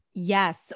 Yes